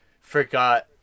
forgot